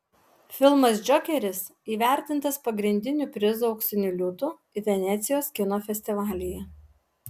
filmas džokeris įvertintas pagrindiniu prizu auksiniu liūtu venecijos kino festivalyje